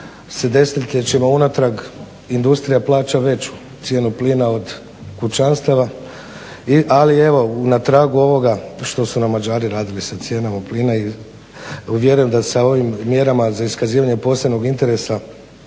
se desetljećima unatrag industrija plaća veću cijenu plina od kućanstava ali evo na tragu ovoga što su nam Mađari radili sa cijenama plina i vjerujem da sa ovim mjerama za iskazivanje posebnog interesa